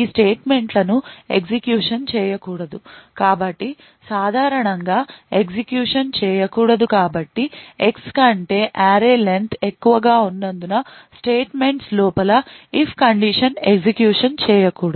ఈ స్టేట్మెంట్లను ఎగ్జిక్యూషన్ చేయకూడదు కాబట్టి సాధారణంగా ఎగ్జిక్యూషన్ చేయకూడదు కాబట్టిక X కంటే array len ఎక్కువగా ఉన్నందున స్టేట్మెంట్స్ లోపల if condition ఎగ్జిక్యూషన్ చేయకూడదు